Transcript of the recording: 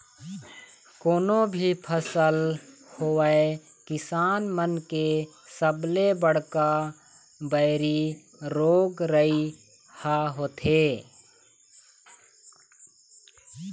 कोनो भी फसल होवय किसान मन के सबले बड़का बइरी रोग राई ह होथे